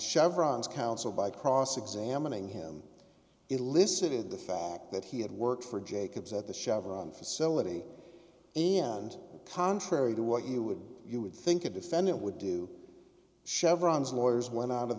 chevrons counsel by cross examining him elicited the fact that he had worked for jacobs at the chevron facility am and contrary to what you would you would think a defendant would do chevrons lawyers went out of